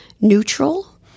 neutral